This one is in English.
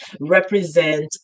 represent